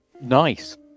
Nice